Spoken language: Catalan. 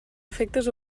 efectes